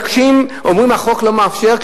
ומתעקשים, אומרים: החוק לא מאפשר.